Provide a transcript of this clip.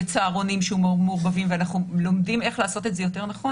בצהרונים שמעורבבים אנחנו לומדים איך לעשות את זה יותר נכון,